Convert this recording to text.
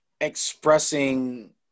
Expressing